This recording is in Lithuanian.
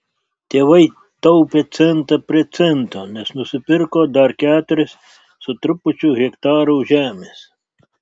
tėvai taupė centą prie cento nes nusipirko dar keturis su trupučiu hektarų žemės